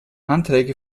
anträge